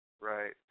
right